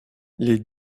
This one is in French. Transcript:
les